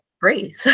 breathe